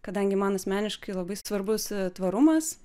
kadangi man asmeniškai labai svarbus tvarumas